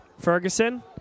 Ferguson